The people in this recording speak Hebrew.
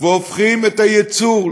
והופכים את הייצור,